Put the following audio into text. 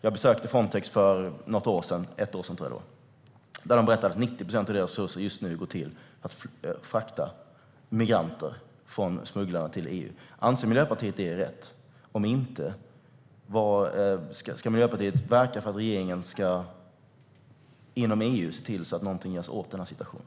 Jag besökte Frontex för något år sedan - jag tror att det var ett år sedan. De berättade att 90 procent av deras resurser just nu går till att frakta migranter från smugglarna till EU. Anser Miljöpartiet att det är rätt? Om inte undrar jag: Ska Miljöpartiet verka för att regeringen inom EU ska se till att det görs någonting åt denna situation?